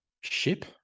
ship